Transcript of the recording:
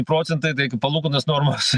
procentai tai palūkanos normos